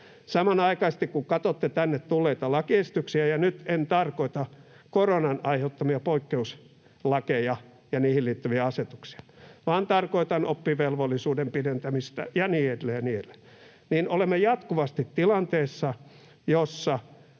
Samanaikaisesti, kun katsotte tänne tulleita lakiesityksiä — ja nyt en tarkoita koronan aiheuttamia poikkeuslakeja ja niihin liittyviä asetuksia vaan tarkoitan oppivelvollisuuden pidentämistä ja niin edelleen ja niin edelleen — niin olemme jatkuvasti tilanteessa, jossa